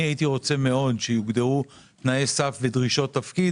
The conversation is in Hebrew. אני הייתי רוצה מאוד שיוגדרו תנאי סף ודרישות תפקיד